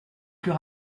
plus